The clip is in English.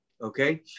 okay